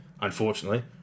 unfortunately